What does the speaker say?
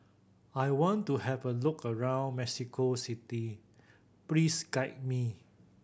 I want to have a look around Mexico City please guide me